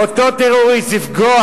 אם הוא כיוון, אותו טרוריסט, לפגוע